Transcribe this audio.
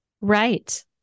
Right